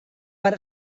per